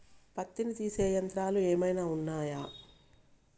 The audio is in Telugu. పత్తిని తీసే యంత్రాలు ఏమైనా ఉన్నయా?